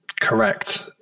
Correct